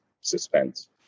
suspense